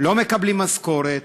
לא מקבלים משכורת.